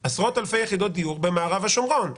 בניית עשרות אלפי יחידות דיור במערב השומרון.